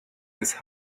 these